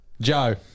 Joe